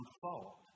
fault